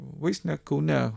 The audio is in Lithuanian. vaistinė kaune